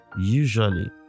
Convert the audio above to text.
usually